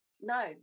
no